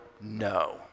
no